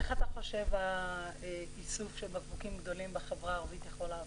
איך אתה חושב האיסוף של בקבוקים גדולים בחברה הערבית יכול לעבוד?